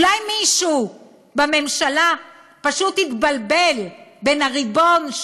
אולי מישהו בממשלה פשוט התבלבל בין הריבון,